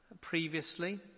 previously